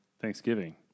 Thanksgiving